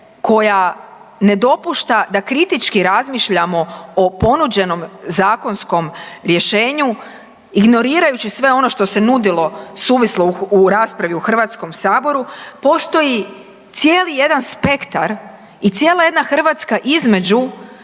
koja ne dopušta da kritički razmišljamo o ponuđenom zakonskom rješenju ignorirajući sve ono što se nudilo suvislo u raspravi u Hrvatskom saboru postoji cijeli jedan spektar i cijela jedna Hrvatska između